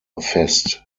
fest